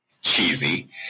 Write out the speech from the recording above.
cheesy